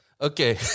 Okay